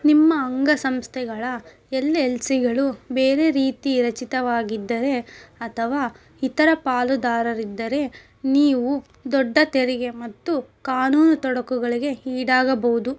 ನಿಮ್ಮ ಅಂಗಸಂಸ್ಥೆಗಳ L L ಸಿಗಳು ಬೇರೆ ರೀತಿ ರಚಿತವಾಗಿದ್ದರೆ ಅಥವಾ ಇತರ ಪಾಲುದಾರರಿದ್ದರೆ ನೀವು ದೊಡ್ಡ ತೆರಿಗೆ ಮತ್ತು ಕಾನೂನು ತೊಡಕುಗಳಿಗೆ ಈಡಾಗಬಹುದು